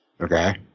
Okay